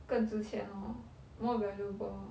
更值钱 lor more valuable lor